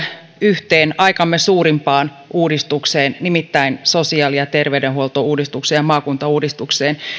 yhteen aikamme suurimpaan uudistukseen nimittäin sosiaali ja terveydenhuoltouudistukseen ja maakuntauudistukseen